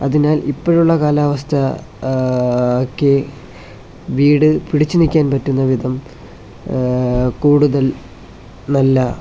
അതിനാൽ ഇപ്പോഴുള്ള കാലാവസ്ഥ ഒക്കെ വീട് പിടിച്ചു നിൽക്കാൻ പറ്റുന്നവിധം കൂടുതൽ നല്ല